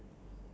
ya